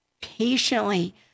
patiently